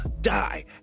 die